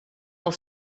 els